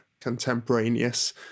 contemporaneous